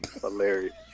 Hilarious